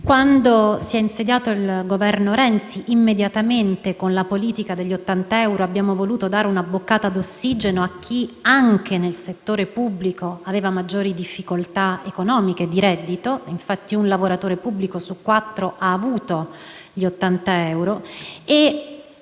Quando si è insediato il Governo Renzi, immediatamente, con la politica degli 80 euro, abbiamo voluto dare una boccata d'ossigeno a chi, anche nel settore pubblico, aveva maggiori difficoltà economiche e di reddito - infatti un lavoratore pubblico su quattro ha avuto gli 80 euro -